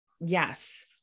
Yes